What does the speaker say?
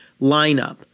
lineup